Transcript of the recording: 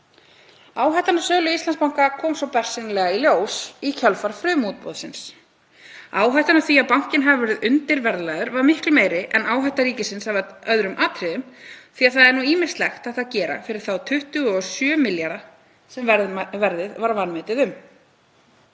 Áhættan af sölu Íslandsbanka kom svo bersýnilega í ljós í kjölfar frumútboðsins. Áhættan af því að bankinn hafi verið undirverðlagður var miklu meiri en áhætta ríkisins af öðrum atriðum því að það er ýmislegt hægt að gera fyrir þá 27 milljarða sem verðið var vanmetið um.